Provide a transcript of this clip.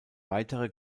weitere